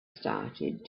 started